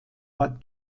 war